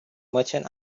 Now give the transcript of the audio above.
merchant